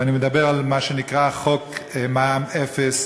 ואני מדבר על מה שנקרא חוק מע"מ אפס,